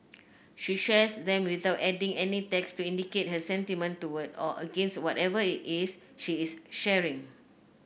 she shares them without adding any text to indicate her sentiment toward or against whatever it is she is sharing